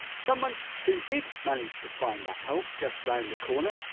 someone who did manage to find that help just round the corner,